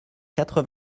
quatre